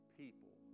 people